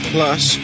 Plus